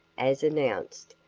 as announced,